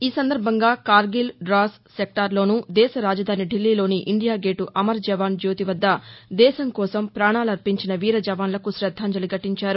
ఈ సందర్బంగా కార్గిల్ ద్రాస్ సెక్టారులోను దేశ రాజధాని ఢిల్లీలోని ఇండియా గేటు అమర్ జవాన్ జ్యోతి వద్ద దేశం కోసం ప్రాణాలర్పించిన వీర జవాన్లకు శద్దాంజలి ఘటించారు